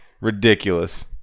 ridiculous